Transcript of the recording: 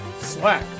slack